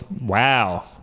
Wow